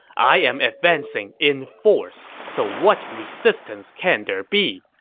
i am advancing in force, so what resistance can there be?